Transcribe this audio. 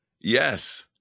yes